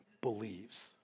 believes